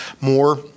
more